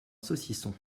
saucisson